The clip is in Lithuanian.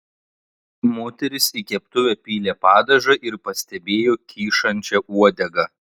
moteris į keptuvę pylė padažą ir pastebėjo kyšančią uodegą